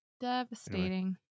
Devastating